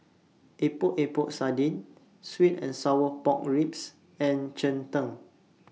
Epok Epok Sardin Sweet and Sour Pork Ribs and Cheng Tng